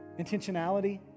intentionality